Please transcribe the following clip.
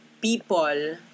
people